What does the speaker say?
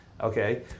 Okay